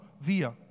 Via